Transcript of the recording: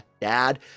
dad